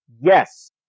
Yes